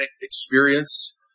experience